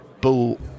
Bull